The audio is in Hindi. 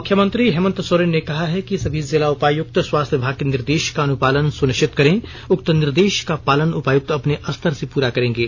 मुख्यमंत्री श्री हेमन्त सोरेन ने कहा कि सभी जिला उपायुक्त स्वास्थ्य विभाग के निर्देश का अनुपालन सुनिश्चित करे उक्त निर्देश का पालन उपायुक्त अपने स्तर से पूरा करेंगे